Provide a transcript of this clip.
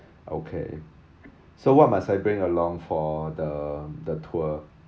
okay so what must I bring along for the the tour